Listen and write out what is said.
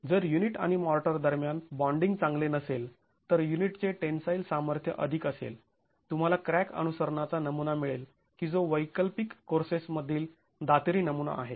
जर युनिट आणि मॉर्टर दरम्यान बाँडिंग चांगले नसेल तर युनिटचे टेन्साईल सामर्थ्य अधिक असेल तुम्हाला क्रॅक अनुसरणाचा नमुना मिळेल की जो वैकल्पिक कोर्सेस मधील दातेरी नमुना आहे